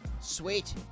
sweet